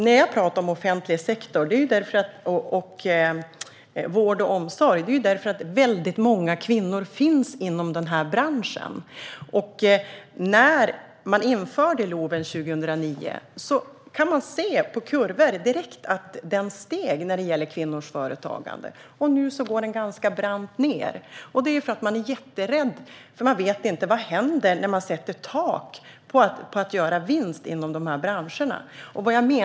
När jag talar om den offentliga sektorn och om vård och omsorg gör jag det för att väldigt många kvinnor finns inom dessa branscher. Man kan se att kvinnors företagande ökade efter att LOV infördes 2009, men nu går kurvan ganska brant nedåt. Detta beror på att man är jätterädd, eftersom man inte vet vad som kommer att hända när det sätts ett tak på att göra vinst inom dessa branscher.